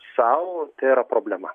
sau tai yra problema